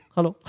Hello